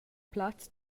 plaz